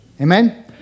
Amen